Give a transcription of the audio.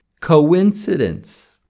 coincidence